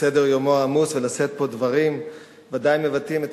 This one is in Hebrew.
מסדר-יומו העמוס ולשאת פה דברים בוודאי מבטאים את